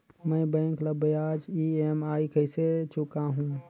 मैं बैंक ला ब्याज ई.एम.आई कइसे चुकाहू?